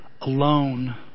Alone